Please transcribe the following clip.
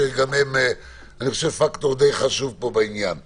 שגם הם פקטור חשוב בעניין הזה.